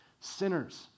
sinners